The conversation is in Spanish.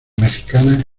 mexicana